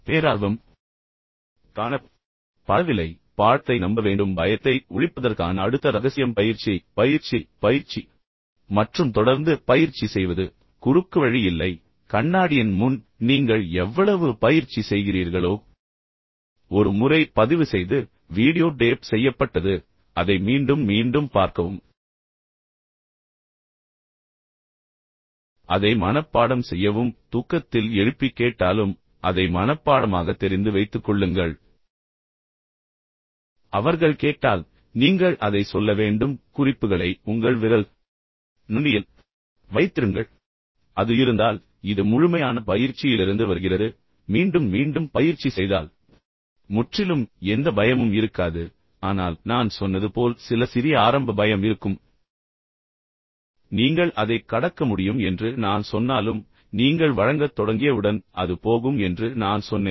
பேரார்வம் காணப்படவில்லை எனவே பாடத்தை நம்ப வேண்டும் பயத்தை ஒழிப்பதற்கான அடுத்த ரகசியம் பயிற்சி பயிற்சி பயிற்சி மற்றும் தொடர்ந்து பயிற்சி செய்வது குறுக்குவழி இல்லை கண்ணாடியின் முன் நீங்கள் எவ்வளவு பயிற்சி செய்கிறீர்களோ ஒரு முறை பதிவு செய்து வீடியோ டேப் செய்யப்பட்டது அதை மீண்டும் மீண்டும் பார்க்கவும் அதை மனப்பாடம் செய்யவும் தூக்கத்தில் எழுப்பி கேட்டாலும் அதை மனப்பாடமாக தெரிந்து வைத்துக்கொள்ளுங்கள் அவர்கள் கேட்டால் நீங்கள் அதை சொல்ல வேண்டும் குறிப்புகளை உங்கள் விரல் நுனியில் வைத்திருங்கள் இப்போது அது இருந்தால் இது முழுமையான பயிற்சியிலிருந்து வருகிறது மீண்டும் மீண்டும் பயிற்சி செய்தால் முற்றிலும் எந்த பயமும் இருக்காது ஆனால் நான் சொன்னது போல் சில சிறிய ஆரம்ப பயம் இருக்கும் நீங்கள் அதைக் கடக்க முடியும் என்று நான் சொன்னாலும் நீங்கள் வழங்கத் தொடங்கியவுடன் அது போகும் என்று நான் சொன்னேன்